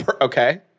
Okay